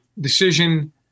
decision